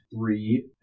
three